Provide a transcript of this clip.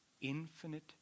infinite